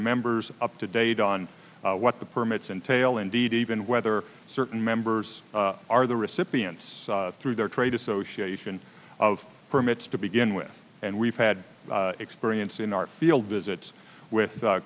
members up to date on what the permits and tail indeed even whether certain members are the recipients through their trade association of permits to begin with and we've had experience in our field visits with